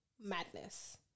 madness